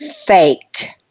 fake